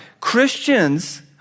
Christians